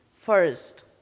first